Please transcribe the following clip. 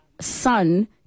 son